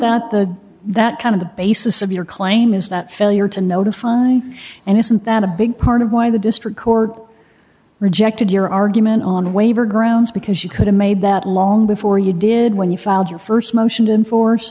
that the that kind of the basis of your claim is that failure to notify and isn't that a big part of why the district court rejected your argument on the waiver grounds because you could have made that long before you did when you filed your st motion in force